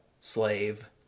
Slave